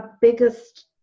biggest